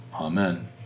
Amen